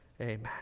amen